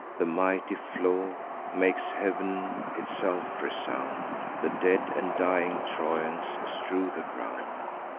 the mighty flaw makes heav'n itself resound the dead and dying trojans strew the ground.